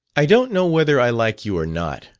i don't know whether i like you or not,